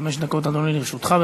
חמש דקות, אדוני, לרשותך.